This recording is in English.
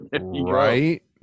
right